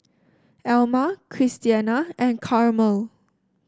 Alma Christiana and Carmel